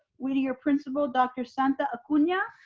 whittier principal, dr. santa acuna.